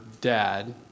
dad